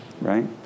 Right